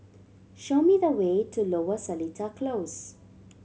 show me the way to Lower Seletar Close